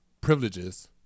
privileges